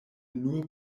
nur